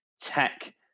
tech